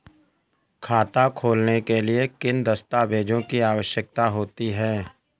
खाता खोलने के लिए किन दस्तावेजों की आवश्यकता होती है?